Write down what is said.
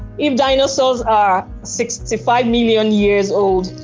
if dinosaurs are sixty five million years old,